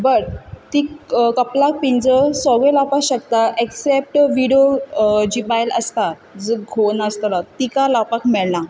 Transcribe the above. but ती कपालक पिंजर सगळे लावपाक शकतात एक्सेप्ट विडो जी बायल आसता जिचो घोव नासतलो तिका लावपाक मेळना